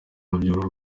urubyiruko